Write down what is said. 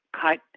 cut